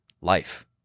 Life